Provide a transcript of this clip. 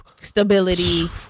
Stability